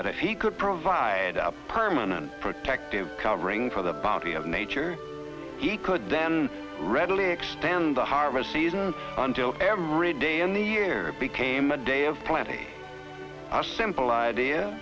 that if he could provide a permanent protective covering for the body of nature he could then readily extend the harvest seasons until every day in the year became a day of plenty a simple idea